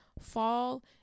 Fall